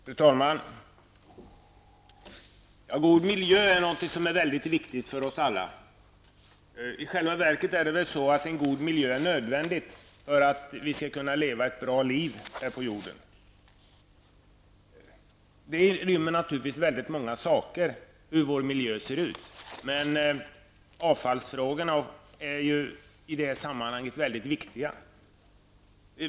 Fru talman! God miljö är något som är mycket viktigt för oss alla. I själva verket är en god miljö nödvändig för att vi skall kunna leva ett bra liv här på jorden. Hur vår miljö ser ut beror naturligtvis på många olika saker. Men avfallsfrågorna är naturligtvis i detta sammanhang mycket viktiga.